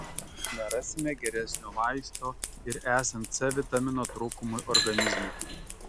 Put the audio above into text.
nerasime geresnio vaisto ir esant c vitamino trūkumui organizme